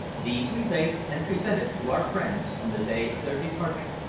these we baked and presented to our friends, on the day of their departure.